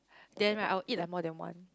then right I will eat like more than one